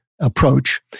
approach